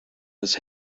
his